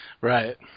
Right